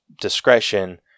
discretion